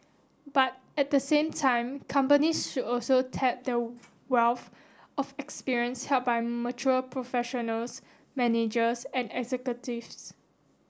but at the same time companies should also tap the wealth of experience held by mature professionals managers and executives